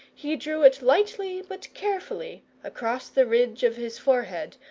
he drew it lightly but carefully across the ridge of his forehead,